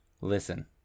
Listen